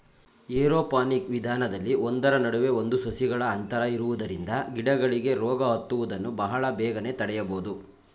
aeroponic ವಿಧಾನದಲ್ಲಿ ಒಂದರ ನಡುವೆ ಒಂದು ಸಸಿಗಳ ಅಂತರ ಇರುವುದರಿಂದ ಗಿಡಗಳಿಗೆ ರೋಗ ಹತ್ತುವುದನ್ನು ಬಹಳ ಬೇಗನೆ ತಡೆಯಬೋದು